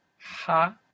Ha